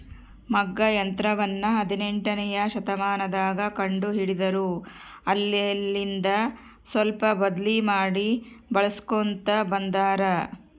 ಮಗ್ಗ ಯಂತ್ರವನ್ನ ಹದಿನೆಂಟನೆಯ ಶತಮಾನದಗ ಕಂಡು ಹಿಡಿದರು ಅಲ್ಲೆಲಿಂದ ಸ್ವಲ್ಪ ಬದ್ಲು ಮಾಡಿ ಬಳಿಸ್ಕೊಂತ ಬಂದಾರ